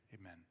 Amen